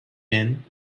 men